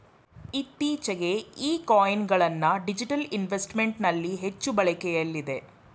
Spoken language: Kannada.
ಇತ್ತೀಚೆಗೆ ಈ ಕಾಯಿನ್ ಗಳನ್ನ ಡಿಜಿಟಲ್ ಇನ್ವೆಸ್ಟ್ಮೆಂಟ್ ನಲ್ಲಿ ಹೆಚ್ಚು ಬಳಕೆಯಲ್ಲಿದೆ